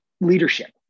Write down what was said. leadership